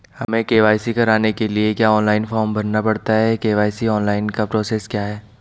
हमें के.वाई.सी कराने के लिए क्या ऑनलाइन फॉर्म भरना पड़ता है के.वाई.सी ऑनलाइन का प्रोसेस क्या है?